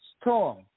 Storm